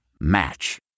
Match